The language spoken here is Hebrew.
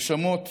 נשמות